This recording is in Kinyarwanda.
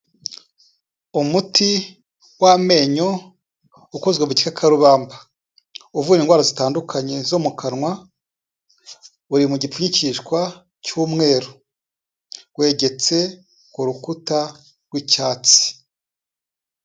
Umuti w'amenyo ukozwe mu gikakarubamba uvura indwara zitandukanye zo mu kanwa, uri mu gipfunyikishwa cy'umweru, wegetse ku rukuta rw'icyatsi.